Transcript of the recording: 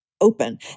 open